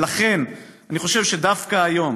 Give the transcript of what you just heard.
ולכן, אני חושב שדווקא היום